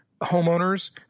homeowners